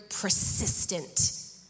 persistent